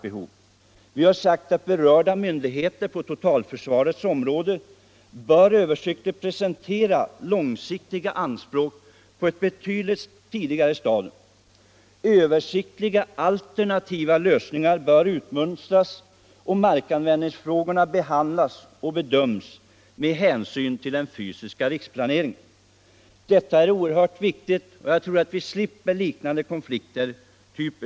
Vi har sagt att berörda myndigheter på totalförsvarets område bör översiktligt presentera långsiktiga anspråk på ett tidigt stadium. Översiktliga alternativa lösningar bör utmönstras och markanvändningsfrågorna behandlas och bedömas med hänsyn till den fysiska riksplaneringen. Detta är oerhört viktigt så att vi slipper liknande konflikter.